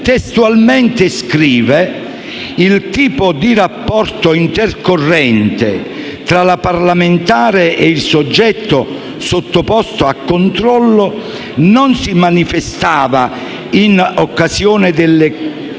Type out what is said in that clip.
testualmente che il tipo di rapporto intercorrente tra la parlamentare e il soggetto sottoposto a controllo non si manifestava, in occasione delle captazioni,